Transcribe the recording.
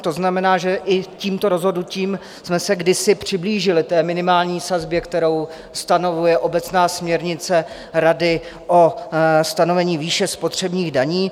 To znamená, že i tímto rozhodnutím jsme se kdysi přiblížili té minimální sazbě, kterou stanovuje obecná směrnice rady o stanovení výše spotřebních daní.